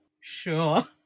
Sure